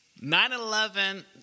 9-11